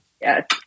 Yes